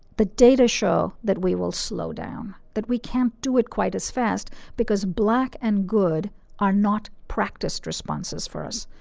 the data show that we will slow down, that we can't do it quite as fast because black and good are not practiced responses for us.